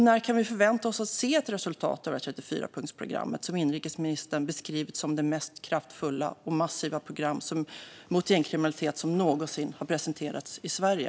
När kan vi förvänta oss att se ett resultat av detta 34-punktsprogram som inrikesministern har beskrivit som det mest kraftfulla och massiva program mot gängkriminalitet som någonsin har presenterats i Sverige?